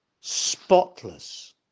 spotless